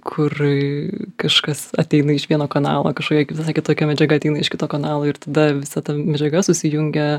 kur kažkas ateina iš vieno kanalo kažkokia kitokia medžiaga ateina iš kito kanalo ir tada visa ta medžiaga susijungia